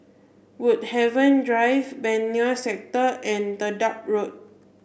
Woodhaven Drive Benoi Sector and Dedap Road